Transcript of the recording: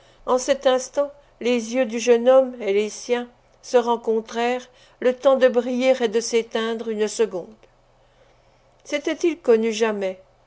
en cet instant les yeux du jeune homme et les siens se rencontrèrent le temps de briller et de s'éteindre une seconde s'étaient-ils connus jamais